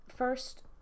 First